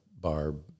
Barb